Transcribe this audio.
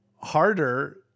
harder